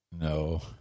No